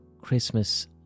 Christmas